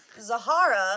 Zahara